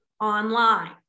online